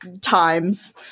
times